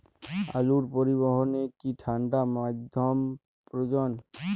আলু পরিবহনে কি ঠাণ্ডা মাধ্যম প্রয়োজন?